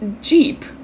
Jeep